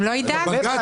הוא לא יידע על זה.